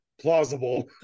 plausible